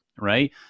right